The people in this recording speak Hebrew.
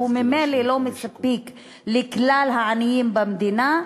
שהוא ממילא לא מספיק לכלל העניים במדינה,